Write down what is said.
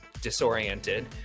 disoriented